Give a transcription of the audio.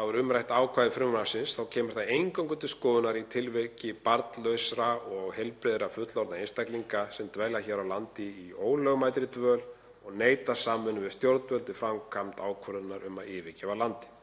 kemur umrætt ákvæði frumvarpsins eingöngu til skoðunar í tilviki barnlausra og heilbrigðra fullorðinna einstaklinga sem dvelja hér á landi í ólögmætri dvöl og neita samvinnu við stjórnvöld við framkvæmd ákvörðunar um að yfirgefa landið.